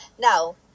Now